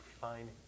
fine